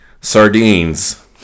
Sardines